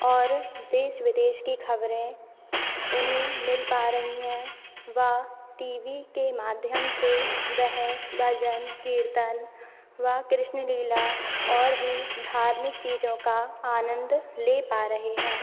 और देश विदेश की खबरें उन्हें मिल पा रहीं हैं व टी वी के माध्यम से वह भजन कीर्तन व कृष्णलीला और भी धार्मिक चीजों का आनंद ले पा रहे हैं